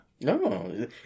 no